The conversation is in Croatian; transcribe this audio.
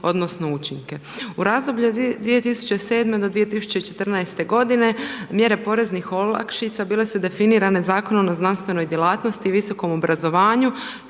odnosno učinke. U razdoblju 2007.-2014. godine mjere poreznih olakšica bile su definirane Zakonom o znanstvenoj djelatnosti i visokom obrazovanju